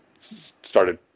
started